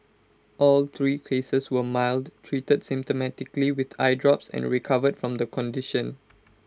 all three cases were mild treated symptomatically with eye drops and recovered from the condition